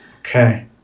Okay